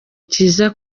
cyiza